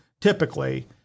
typically